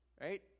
right